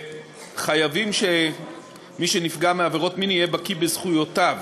וחייבים שמי שנפגע מעבירות מין יהיה בקי בזכויותיו,